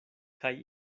kaj